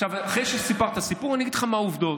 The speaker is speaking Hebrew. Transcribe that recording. אחרי שסיפרת סיפור, אני אגיד לך מה העובדות.